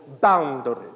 boundaries